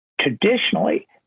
traditionally